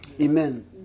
Amen